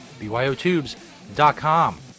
BYOTubes.com